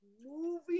movie